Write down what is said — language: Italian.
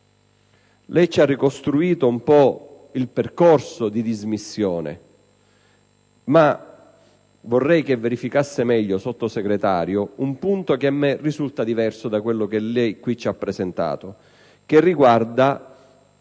lei ha ricostruito il percorso di dismissione, ma vorrei che verificasse meglio un punto che a me risulta diverso da quello che lei ha presentato, che riguarda